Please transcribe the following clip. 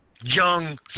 young